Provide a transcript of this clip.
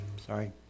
Sorry